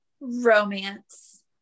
Romance